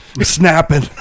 snapping